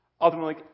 Ultimately